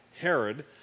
Herod